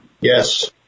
Yes